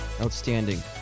Outstanding